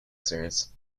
series